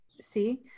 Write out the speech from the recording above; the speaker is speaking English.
See